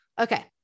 Okay